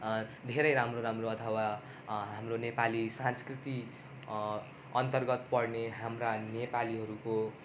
धेरै राम्रो राम्रो अथवा हाम्रो नेपाली संस्कृति अन्तर्गत पर्ने हाम्रा नेपालीहरूको